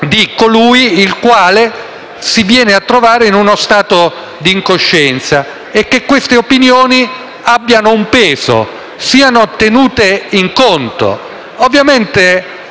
di colui il quale si viene a trovare in uno stato di incoscienza e che queste opinioni abbiano un peso, siano tenute in conto.